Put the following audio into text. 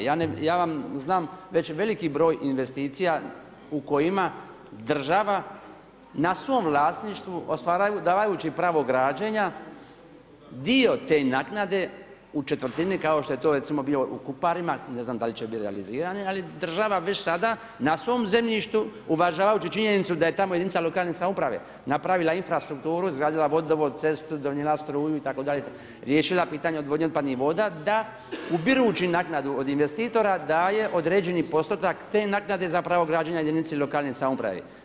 Ja vam znam već veliki broj investicija u kojima država na svom vlasništvu dajući pravo građenja, dio te naknade u četvrtini kao što je to recimo bio u Kuparima, ne znam da li će biti realizirani ali država već sada na svom zemljištu uvažavajući činjenicu da je tamo jedinica lokalne samouprave napravila infrastrukturu, izgradila vodovod, cestu, donijela struju itd., itd., riješila pitanje odvodnje otpadnih voda da ubirući naknadu od investitora daje određeni postotak te naknade za pravo građenja jedinici lokalne samouprave.